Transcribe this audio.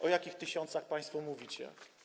O jakich tysiącach państwo mówicie?